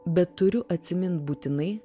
bet turiu atsimint būtinai